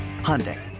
Hyundai